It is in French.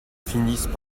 finissent